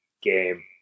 game